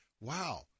wow